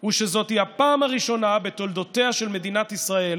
הוא שזאת היא הפעם הראשונה בתולדותיה של מדינת ישראל